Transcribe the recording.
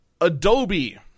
Adobe